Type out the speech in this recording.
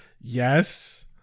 Yes